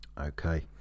okay